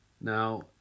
Now